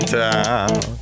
town